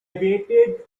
waited